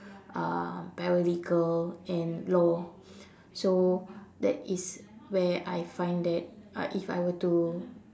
uh paralegal and law so that is where I find that uh if I were to